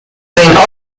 train